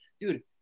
dude